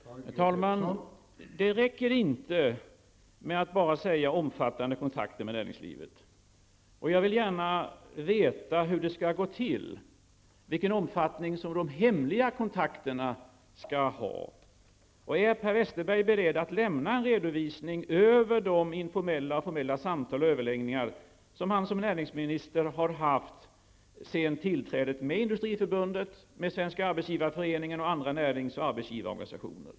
Herr talman! Det räcker inte med att bara säga att man har omfattande kontakter med näringslivet. Jag vill gärna veta hur det skall gå till, vilken omfattning de ''hemliga kontakterna'' skall ha. Är Per Westerberg beredd att lämna en redovisning över de informella och formella samtal och överläggningar som han som näringsminister sedan tillträdet har haft med Industriförbundet, med Svenska arbetsgivareföreningen och med andra närings och arbetsgivarorganisationer?